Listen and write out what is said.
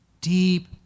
deep